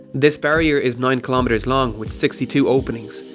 this barrier is nine kilometres long with sixty two openings,